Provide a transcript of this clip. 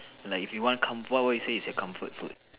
like if you want com~ what would you say is your comfort food